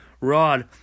Rod